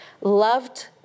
loved